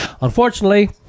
Unfortunately